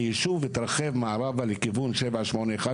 פנינו לשרה לאיכות הסביבה ששמעה אותנו וקיימה ישיבה בנושא הזה,